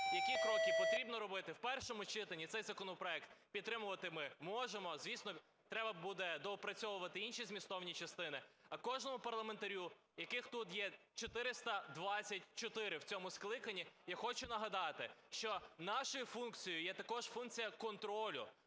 які кроки потрібно робити в першому читанні. І цей законопроект підтримувати ми можемо, звісно, треба буде доопрацьовувати інші змістовні частини. А кожному парламентарю, яких тут є 424 в цьому скликанні, я хочу нагадати, що нашою функцією є також функція контролю,